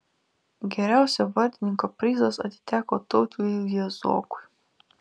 geriausio vartininko prizas atiteko tautvydui jazokui